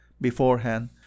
beforehand